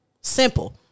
Simple